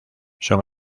son